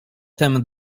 tem